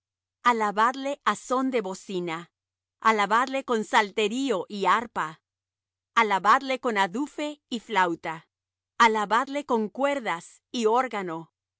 alabadle á son de bocina alabadle con salterio y arpa alabadle con adufe y flauta alabadle con cuerdas y órgano